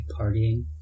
partying